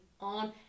on